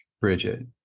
Bridget